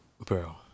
bro